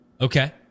Okay